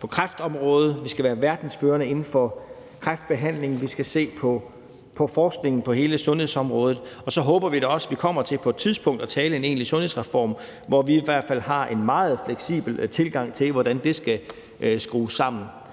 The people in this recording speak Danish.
på kræftområdet. Vi skal være verdensførende inden for kræftbehandling. Vi skal se på forskningen inden for hele sundhedsområdet. Så håber vi da også, at vi på et tidspunkt kommer til at tale om en egentlig sundhedsreform, og vi har i hvert fald en meget fleksibel tilgang til, hvordan det skal skrues sammen.